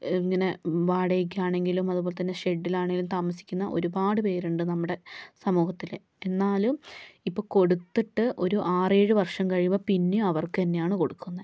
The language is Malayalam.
ഇങ്ങനെ വാടകക്കാണെങ്കിലും അതുപോലെ തന്നെ ഷെഡ്ഡിൽ ആണേലും താമസിക്കുന്ന ഒരുപാട് പേരുണ്ട് നമ്മുടെ സമൂഹത്തില് എന്നാലും ഇപ്പോൾ കൊടുത്തിട്ട് ഒരു ആറ് ഏഴ് വർഷം കഴിയുമ്പോൾ പിന്നെ അവർക്കന്നെയാണ് കൊടുക്കുന്നത്